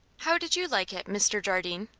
how did you like it, mr. jardine?